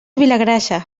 vilagrassa